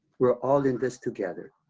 we're all in this together.